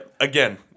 Again